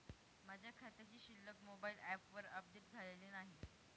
माझ्या खात्याची शिल्लक मोबाइल ॲपवर अपडेट झालेली नाही